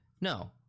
No